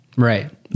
Right